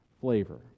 flavor